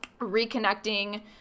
reconnecting